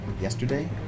yesterday